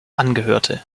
angehörte